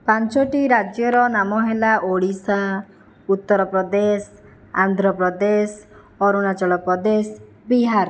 ପାଞ୍ଚଟି ରାଜ୍ୟର ନାମ ହେଲା ଓଡ଼ିଶା ଉତ୍ତରପ୍ରଦେଶ ଆନ୍ଧ୍ରପ୍ରଦେଶ ଅରୁଣାଞ୍ଚଳପ୍ରଦେଶ ବିହାର